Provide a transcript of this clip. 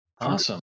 awesome